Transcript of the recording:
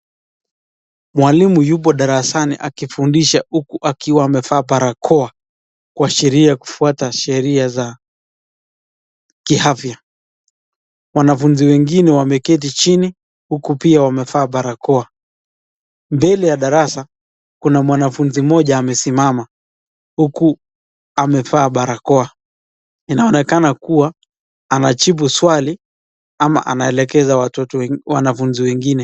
Mwalimu yupo darasani akifundisha huku akiwa amevaa barakoa kuashiria kufwata sheria za kiafya. Wanafunzi wengine wameketi chini huku pia wamevaa barakoa. Mbele ya darasa, kuna mwanafunzi moja amesimama huku amevaa barakoa. Inaonekana kuwa anajibu swali ama anaelekeza wanafunzi wengine.